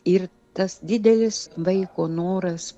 ir tas didelis vaiko noras